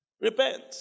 Repent